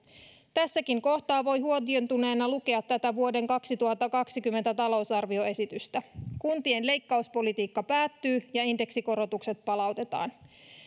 tässäkin kohtaa voi huojentuneena lukea tätä vuoden kaksituhattakaksikymmentä talousarvioesitystä kuntien leikkauspolitiikka päättyy ja indeksikorotukset palautetaan